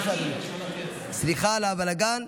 סליחה על הבלגן.